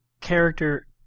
character